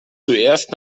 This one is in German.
zuerst